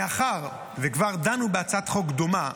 מאחר שכבר דנו בהצעת חוק דומה,